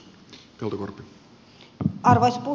arvoisa puhemies